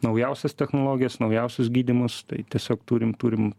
naujausias technologijas naujausius gydymus tai tiesiog turim turim